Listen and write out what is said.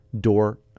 door